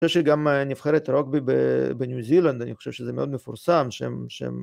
‫אני חושב שגם נבחרת רוגבי בניו זילנד, ‫אני חושב שזה מאוד מפורסם שהם...